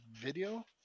video